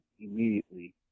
immediately